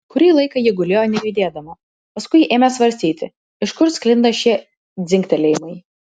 kurį laiką ji gulėjo nejudėdama paskui ėmė svarstyti iš kur sklinda šie dzingtelėjimai